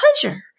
pleasure